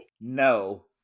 No